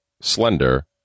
slender